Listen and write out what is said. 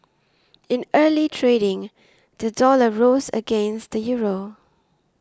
in early trading the dollar rose against the Euro